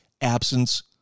absence